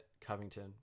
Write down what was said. Covington